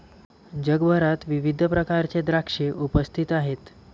जगभरात विविध प्रकारचे द्राक्षे उपस्थित आहेत